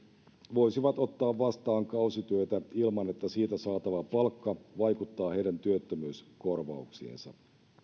voisivat ottaa vastaan kausityötä ilman että siitä saatava palkka vaikuttaa heidän työttömyyskorvauksiinsa